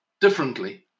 differently